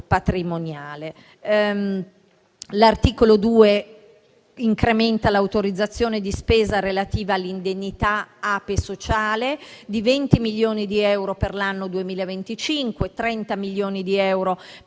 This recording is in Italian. L'articolo 2 incrementa l'autorizzazione di spesa relativa all'indennità APE sociale di 20 milioni di euro per l'anno 2025, 30 milioni di euro per l'anno 2026,